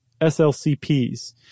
SLCPs